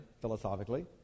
philosophically